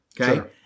Okay